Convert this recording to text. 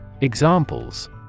Examples